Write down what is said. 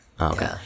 Okay